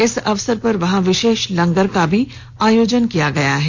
इस अवसर पर वहां विशेष लंगर का भी आयोजन किया गया है